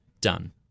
done